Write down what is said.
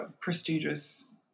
prestigious